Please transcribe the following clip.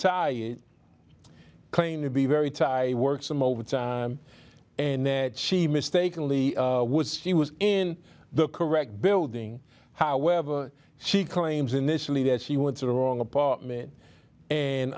tied claimed to be very tidy work some overtime and then she mistakenly was she was in the correct building however she claims initially that she went to the wrong apartment